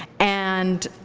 and